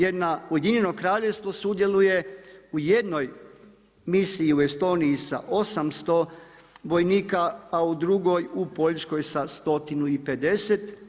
Jedna, Ujedinjeno Kraljevstvo sudjeluje u jednoj misiji u Estoniji sa 800 vojnika, a u drugoj u Poljskoj sa 150.